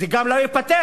זה גם לא ייפתר.